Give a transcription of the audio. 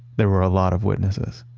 there were a lot of witnesses.